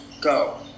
go